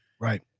right